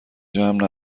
جمع